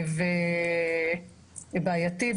ובעייתי.